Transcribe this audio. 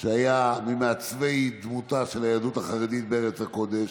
שהיה ממעצבי דמותה של היהדות החרדית בארץ הקודש,